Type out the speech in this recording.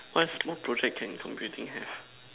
what's small project can computing have